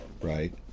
right